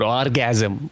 orgasm